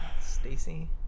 Stacy